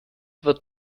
wird